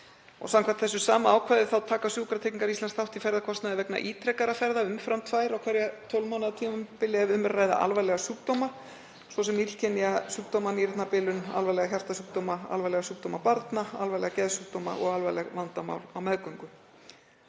Samkvæmt þessu sama ákvæði taka Sjúkratryggingar Íslands þátt í ferðakostnaði vegna ítrekaðra ferða umfram tvær á hverju 12 mánaða tímabili ef um er að ræða alvarlega sjúkdóma, svo sem illkynja sjúkdóma, nýrnabilun, alvarlega hjartasjúkdóma, alvarlega sjúkdóma barna, alvarlega geðsjúkdóma og alvarleg vandamál á meðgöngu.